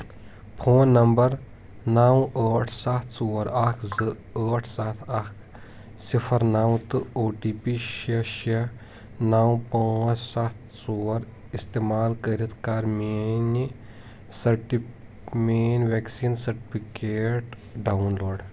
phone number نو ٲٹھ سَتھ ژور اکھ زٕ ٲٹھ سَتھ اکھ صفر نو تہٕ او ٹی پی شیٚے شیٚے نو پانٛژھ سَتھ ژور استعمال کٔرِتھ کر میٲنہِ سٹہٕ میٲنۍ ویکسیٖن سٹفکیٹ ڈاؤن لوڈ